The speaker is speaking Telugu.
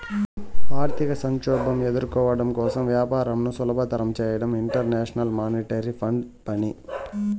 ఆర్థిక సంక్షోభం ఎదుర్కోవడం కోసం వ్యాపారంను సులభతరం చేయడం ఇంటర్నేషనల్ మానిటరీ ఫండ్ పని